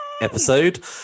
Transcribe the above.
episode